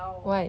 why